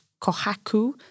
Kohaku